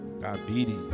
diabetes